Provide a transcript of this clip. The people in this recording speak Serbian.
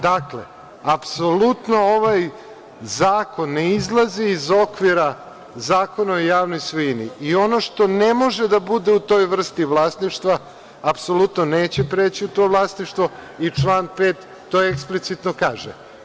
Dakle, apsolutno ovaj zakon ne izlazi iz okvira Zakona o javnoj svojini i ono što ne može da bude u toj vrsti vlasništva apsolutno neće preći u to vlasništvo i član 5. to eksplicitno kaže.